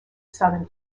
southern